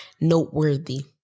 noteworthy